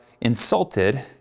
insulted